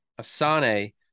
Asane